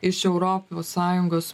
iš europos sąjungos